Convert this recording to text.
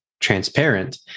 transparent